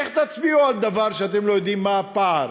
איך תצביעו על תקציב כשאתם לא יודעים מה הפער